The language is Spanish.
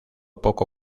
poco